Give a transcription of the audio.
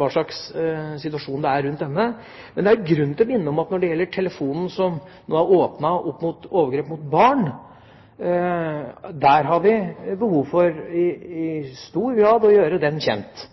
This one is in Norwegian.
hvordan situasjonen er rundt denne. Det er grunn til å minne om at når det gjelder den telefonen som nå er åpnet opp mot overgrep mot barn, har vi behov for i stor grad å gjøre den kjent,